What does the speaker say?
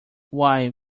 why